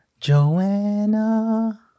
Joanna